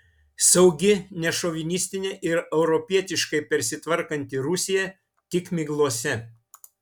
saugi nešovinistinė ir europietiškai persitvarkanti rusija tik miglose